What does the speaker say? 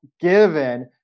given